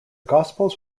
gospels